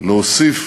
להוסיף